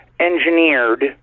engineered